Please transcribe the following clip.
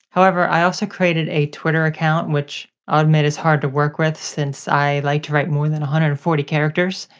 however, i also created a twitter account, which i'll admit is hard to work with since i like to write more than one hundred and forty characters.